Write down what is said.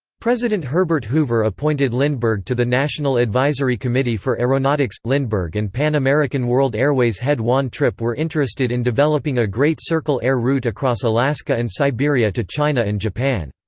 president herbert hoover appointed lindbergh to the national advisory committee for aeronautics lindbergh and pan american world airways head juan trippe were interested in developing a great circle air route across alaska and siberia to china and japan.